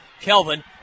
Kelvin